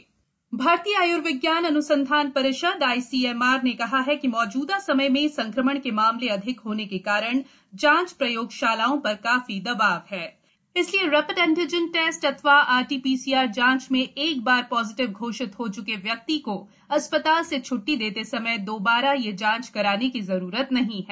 ICMR परीक्षण भारतीय आय्र्विज्ञान अन्संधान परिषद आईसीएमआर ने कहा कि मौजूदा समय में संक्रमण के मामले अधिक होने के कारण जांच प्रयोगशालाओं पर काफी दबाव है इसलिए रैपिड एंटीजन टेस्ट अथवा आरटी पीसीआर जांच में एक बार पॉजिटिव घोषित हो च्के व्यक्ति को अस्पताल से छ्ट्टी देते समय द्बारा यह जांच कराने की जरुरत नहीं है